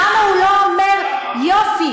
למה הוא לא אומר: יופי,